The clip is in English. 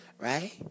Right